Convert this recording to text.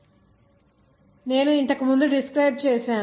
F Cm ar bvcDde e నేను ఇంతకు ముందు డిస్క్రైబ్ చేశాను